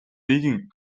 нэгэн